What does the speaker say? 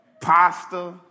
pasta